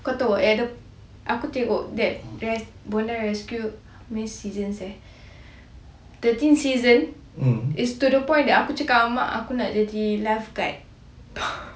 kau tau eh aku tengok that bondi rescue thirteen season it's to the point that aku cakap ngan mak aku nak jadi lifeguard